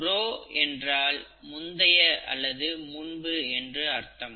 bro என்றால் முந்தைய அல்லது முன்பு என்று அர்த்தம்